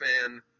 fan